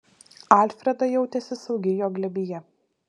alfreda jautėsi saugi jo glėbyje